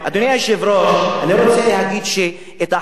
אני רוצה להגיד שההחלטה של הפרקליטות,